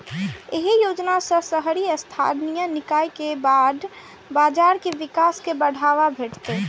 एहि योजना सं शहरी स्थानीय निकाय के बांड बाजार के विकास कें बढ़ावा भेटतै